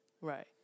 Right